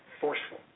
forceful